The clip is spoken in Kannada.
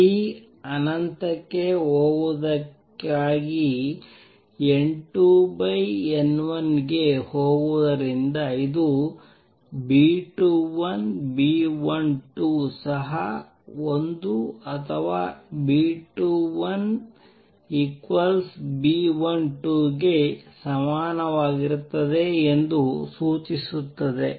T ಅನಂತಕ್ಕೆ ಹೋಗುವುದಕ್ಕಾಗಿ N2N1ಕ್ಕೆ ಹೋಗುವುದರಿಂದ ಇದು B21 B12 ಸಹ 1 ಅಥವಾ B21 B12 ಗೆ ಸಮಾನವಾಗಿರುತ್ತದೆ ಎಂದು ಸೂಚಿಸುತ್ತದೆ